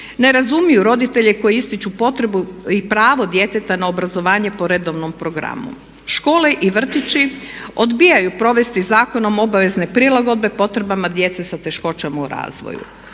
Ne razumiju roditelje koji ističu potrebu i pravo djeteta na obrazovanje po redovnom programu. Škole i vrtići odbijaju provesti zakonom obvezne prilagodbe potrebama djece s teškoćama u razvoju.